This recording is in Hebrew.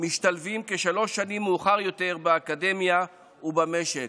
משתלבים כשלוש שנים מאוחר יותר באקדמיה ובמשק,